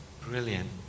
Brilliant